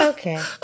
Okay